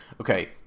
Okay